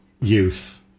youth